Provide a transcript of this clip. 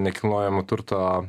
nekilnojamo turto